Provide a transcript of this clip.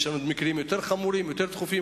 יש לנו מקרים יותר חמורים ויותר דחופים.